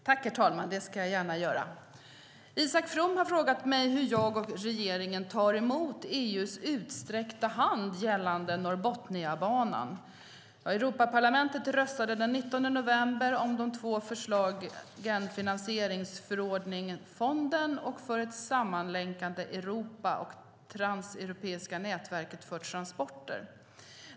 Herr talman! Isak From har frågat mig hur jag och regeringen tar emot EU:s utsträckta hand gällande Norrbotniabanan. Europaparlamentet röstade den 19 november om de två förslagen finansieringsförordning Fonden för ett sammanlänkat Europa och det transeuropeiska nätverket för transporter.